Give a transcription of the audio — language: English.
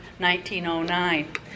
1909